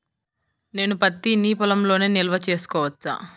నేను పత్తి నీ పొలంలోనే నిల్వ చేసుకోవచ్చా?